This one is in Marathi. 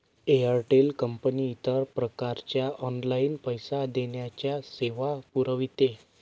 एअरटेल कंपनी इतर प्रकारच्या ऑनलाइन पैसे देण्याच्या सेवा पुरविते